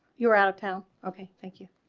you're out of town okay, thank you